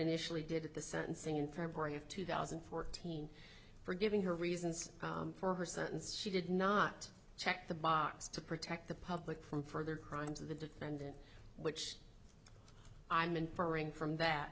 initially did the sentencing in february of two thousand and fourteen for giving her reasons for her sentence she did not check the box to protect the public from further crimes of the defendant which i'm inferring from that